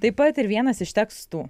taip pat ir vienas iš tekstų